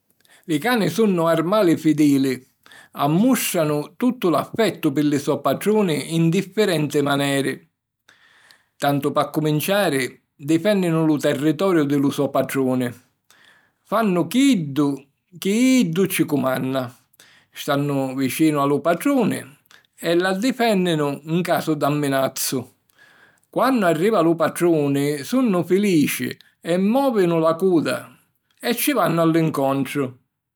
Li cani sunnu armali fidili. Ammùstranu tuttu l'affettu pi li so' patruni in diffirenti maneri. Tantu p'accuminciari, difènninu lu territoriu di lu so patruni; fannu chiddu chi iddu ci cumanna; stannu vicinu a lu patruni e l'addifènninu 'n casu d'amminazzu. Quannu arriva lu patruni, sunnu filici e mòvinu la cuda e ci vannu a l'incontru.